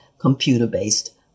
computer-based